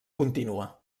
contínua